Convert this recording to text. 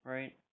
Right